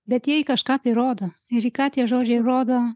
bet jie į kažką tai rodo ir į ką tie žodžiai rodo